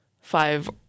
five